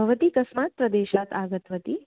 भवती कस्मात् प्रदेशात् आगतवती